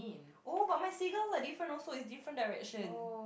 oh but my seagulls are different also it's different direction